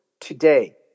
Today